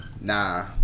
Nah